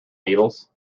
needles